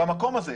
במקום הזה.